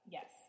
Yes